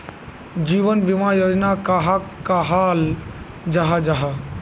जीवन बीमा योजना कहाक कहाल जाहा जाहा?